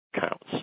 counts